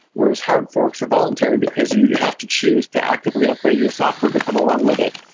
whereas hard forks are voluntary, because you have to choose to actively upgrade your software to come along with it.